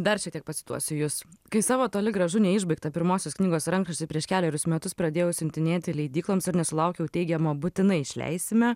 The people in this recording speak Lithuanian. dar šiek tiek pacituosiu jus kai savo toli gražu neišbaigtą pirmosios knygos rankraštį prieš kelerius metus pradėjau siuntinėti leidykloms ir nesulaukiau teigiamo būtinai išleisime